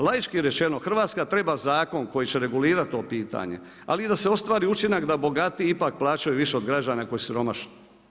Laički rečeno Hrvatska treba zakon koji će regulirati to pitanje ali i da se ostvari učinak da bogatiji ipak plaćaju više od građana koji su siromašni.